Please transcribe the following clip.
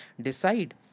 Decide